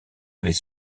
avait